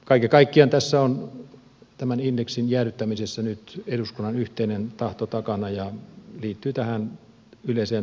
kaiken kaikkiaan tämän indeksin jäädyttämisessä on nyt eduskunnan yhteinen tahto takana ja se liittyy tähän yleiseen taloustilanteeseen